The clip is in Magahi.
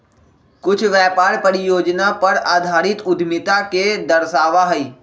कुछ व्यापार परियोजना पर आधारित उद्यमिता के दर्शावा हई